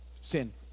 sin